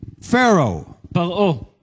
Pharaoh